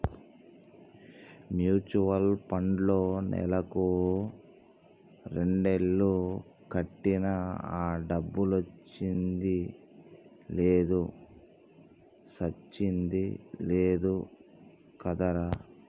mutual పండ్లో నెలకు రెండేలు కట్టినా ఆ డబ్బులొచ్చింది లేదు సచ్చింది లేదు కదరా